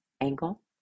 angle